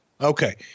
Okay